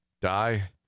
Die